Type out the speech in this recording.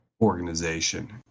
organization